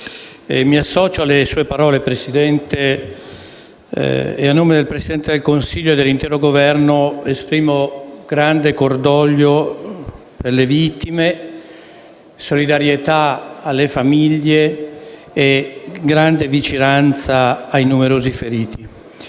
Mi associo inoltre alle sue dichiarazioni, Presidente, e a nome del Presidente del Consiglio e dell'interno Governo esprimo grande cordoglio per le vittime, solidarietà alle famiglie e grande vicinanza ai numerosi feriti.